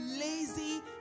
lazy